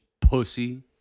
Pussy